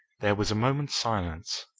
there was a moment's silence.